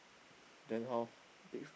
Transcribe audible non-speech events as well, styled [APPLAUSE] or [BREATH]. then how [BREATH]